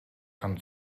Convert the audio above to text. kann